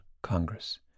Congress